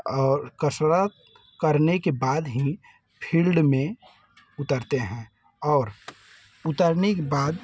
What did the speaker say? और कसरत करने के बाद हीं फील्ड में उतरते हैं और उतरने के बाद